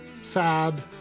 sad